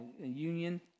union